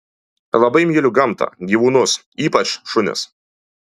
labai myliu gamtą gyvūnus ypač šunis